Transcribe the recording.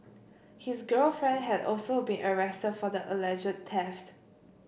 his girlfriend had also been arrested for the alleged theft